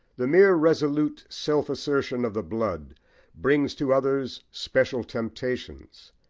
the mere resolute self-assertion of the blood brings to others special temptations,